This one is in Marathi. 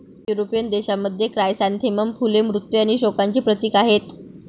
युरोपियन देशांमध्ये, क्रायसॅन्थेमम फुले मृत्यू आणि शोकांचे प्रतीक आहेत